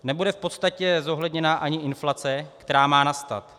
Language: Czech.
Nebude v podstatě zohledněna ani inflace, která má nastat.